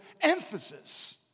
emphasis